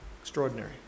extraordinary